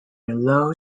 low